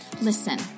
Listen